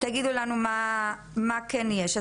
תגידו לנו מה כן יש.